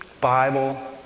Bible